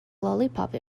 lollipop